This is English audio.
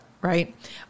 right